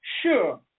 Sure